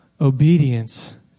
obedience